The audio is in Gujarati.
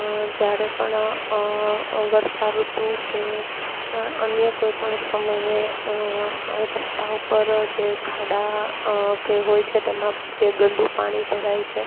જ્યારે પણ વર્ષાઋતુ કે અન્ય કોઈપણ સમયે રસ્તા ઉપર જે ખાડા કે હોય છે તેમાં ગંદુ પાણી ભરાય છે